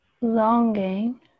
longing